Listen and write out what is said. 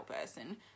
person